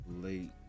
late